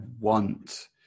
want